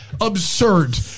Absurd